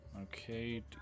Okay